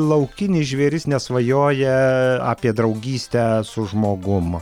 laukinis žvėris nesvajoja apie draugystę su žmogum